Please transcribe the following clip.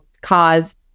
cause